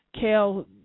kale